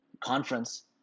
conference